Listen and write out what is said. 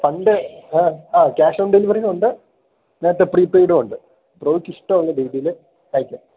fund ആ cash on delivery ഉണ്ട് മറ്റേ പ്രീപെയ്ഡുമുണ്ട് ബ്രോയ്ക്ക് ഇഷ്ടമുള്ള രീതിയില് അയക്കാം